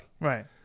Right